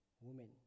women